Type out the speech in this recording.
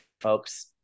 folks